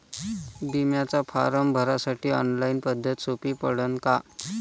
बिम्याचा फारम भरासाठी ऑनलाईन पद्धत सोपी पडन का?